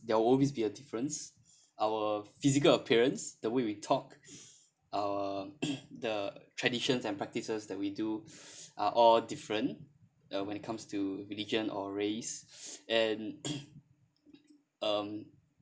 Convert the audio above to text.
there will always be a difference our physical appearance the way we talk uh the traditions and practices that we do are all different and when it comes to religion or race and um